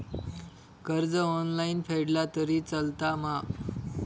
कर्ज ऑनलाइन फेडला तरी चलता मा?